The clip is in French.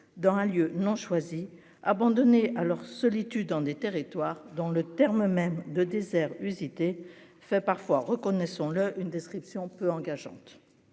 dans un lieu non choisi abandonnés à leur solitude dans des territoires dans le terme même de désert usité fait parfois, reconnaissons-le, une description peu engageante,